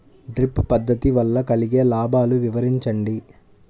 Drip పద్దతి వల్ల కలిగే లాభాలు వివరించండి?